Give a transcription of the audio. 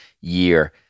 year